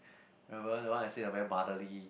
remember the one you said is very Bartley